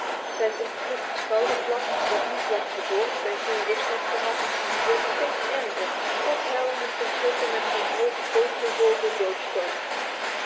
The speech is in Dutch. zijn ontwricht schouderblad dat niet was verzorgd en geen rust had gehad werd steeds erger tot hal hem ten slotte met zijn grote